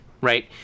right